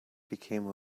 became